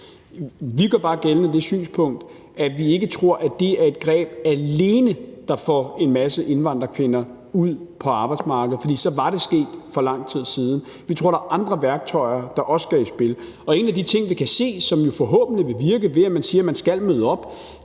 Vi gør bare det synspunkt gældende, at vi ikke tror, at det er et greb, der alene får en masse indvandrerkvinder ud på arbejdsmarkedet. For så var det sket for lang tid siden. Vi tror, at der er andre værktøjer, der også skal i spil. Og en af de ting, som vi kan se, og som jo forhåbentlig vil virke, ved at man siger, at man skal møde op,